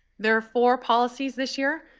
there are four policies this year,